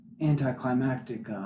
anticlimactic